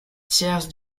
tiers